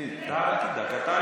תמתין, תמתין.